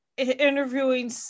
interviewing